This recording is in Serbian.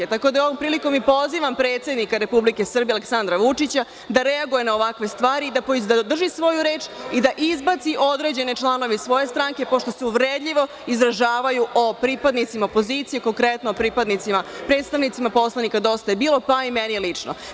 Tako da ovom prilikom i pozivam predsednika Republike Srbije Aleksandra Vučića da reaguje na ovakve stvari i da drži svoju reč i da izbaci određene članove iz svoje stranke, pošto se uvredljivo izražavaju o pripadnicima opozicije, konkretno predstavnicima poslaničke grupe Dosta je bilo, pa i meni lično.